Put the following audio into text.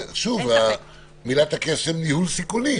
מילת הקסם: ניהול סיכונים.